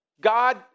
God